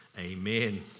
amen